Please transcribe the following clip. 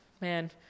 man